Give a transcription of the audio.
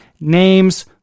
names